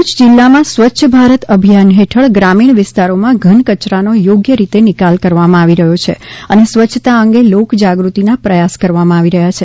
ભરૂચ જિલામાં સ્વચ્છ ભારત અભિયાન હેઠળ ગ્રામીણ વિસ્તારોમાં ઘન કચરાનો થોગ્ય રીતે નિકાલ કરવામાં આવી રહ્યો છે અને સ્વચ્છતા અંગે લોકજાગૃતિના પ્રયાસ કરવામાં આવી રહ્યા છે